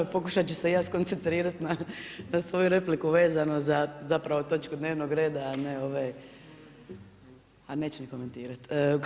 Pokušat ću se ja skoncentrirat na svoju repliku vezano za, zapravo točku dnevnog reda, a ne ove, a neću ni komentirati.